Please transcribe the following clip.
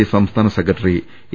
I സംസ്ഥാന secretary A